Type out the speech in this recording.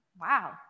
Wow